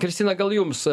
kristina gal jums